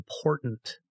important